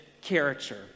character